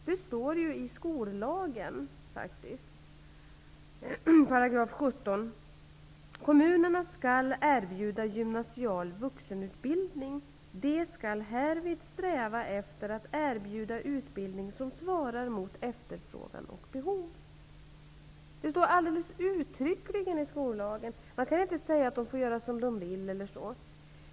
Det står faktiskt i 17 § skollagen: ''Kommunerna skall erbjuda gymnasial vuxenutbildning. De skall härvid sträva efter att erbjuda utbildning som svarar mot efterfrågan och behov.'' Det är alltså en uttrycklig föreskrift i skollagen -- kommunerna kan inte göra som de vill på denna punkt.